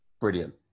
brilliant